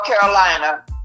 Carolina